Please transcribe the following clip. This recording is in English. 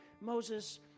Moses